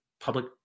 public